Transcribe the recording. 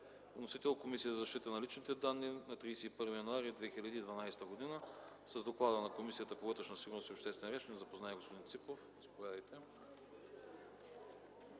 Вносител е Комисията за защита на личните данни на 31 януари 2012 г. С Доклада на Комисията по вътрешна сигурност и обществен ред ще ни запознае господин Ципов.